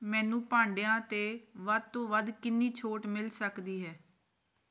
ਮੈਨੂੰ ਭਾਂਡਿਆਂ 'ਤੇ ਵੱਧ ਤੋਂ ਵੱਧ ਕਿੰਨੀ ਛੋਟ ਮਿਲ ਸਕਦੀ ਹੈ